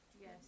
Yes